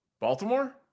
Baltimore